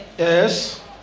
Yes